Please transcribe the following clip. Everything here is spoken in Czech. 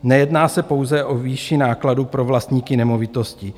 Nejedná se pouze o výši nákladů pro vlastníky nemovitostí.